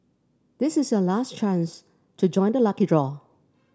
this is your last chance to join the lucky draw